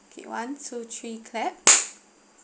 okay one two three clap